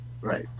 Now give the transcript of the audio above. Right